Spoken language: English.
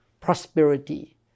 prosperity